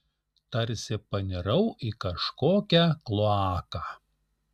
tarsi panirau į kažkokią kloaką